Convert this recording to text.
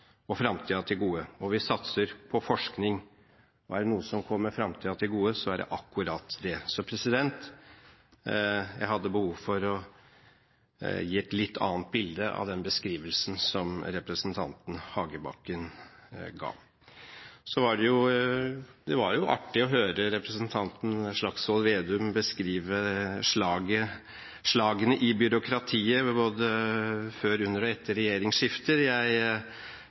og fremtiden til gode. Vi satser på forskning. Og er det noe som kommer fremtiden til gode, er det nettopp det. Jeg hadde behov for å gi et litt annet bilde enn den beskrivelsen som representanten Hagebakken ga. Det var artig å høre representanten Slagsvold Vedum beskrive slagene i byråkratiet både før, under og etter regjeringsskiftet. Jeg